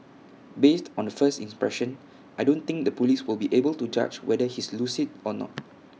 based on the first impression I don't think the Police will be able to judge whether he's lucid or not